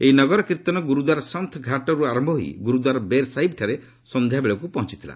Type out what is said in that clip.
ଏହି ନଗର କୀର୍ଭନ ଗୁରୁଦ୍ୱାର ସନ୍ଥ ଘାଟରୁ ଆରମ୍ଭହୋଇ ଗୁରୁଦ୍ୱାର ବେର୍ ସାହିବ୍ଠାରେ ସନ୍ଧ୍ୟାବେଳକୃ ପହଞ୍ଚଥିଲା